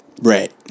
Right